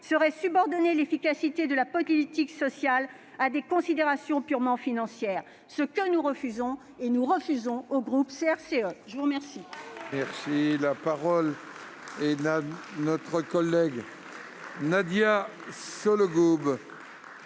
serait subordonner l'efficacité de la politique sociale à des considérations purement financières. Ce que nous refusons. » Le groupe CRCE le refuse